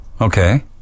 Okay